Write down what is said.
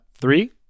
three